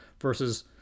versus